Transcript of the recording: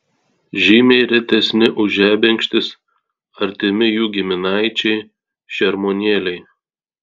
žymiai retesni už žebenkštis artimi jų giminaičiai šermuonėliai